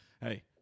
hey